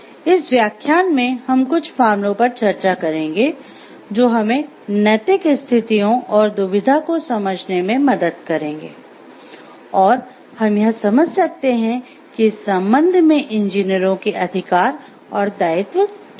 इस व्याख्यान में हम कुछ मामलों पर चर्चा करेंगे जो हमें नैतिक स्थितियों और दुविधा को समझने में मदद करेंगे और हम यह समझ सकते हैं कि इस संबंध में इंजीनियरों के अधिकार और दायित्व क्या हैं